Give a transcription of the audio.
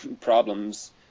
problems